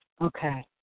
Okay